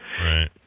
Right